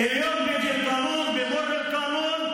היום מגיע החוק, עובר החוק,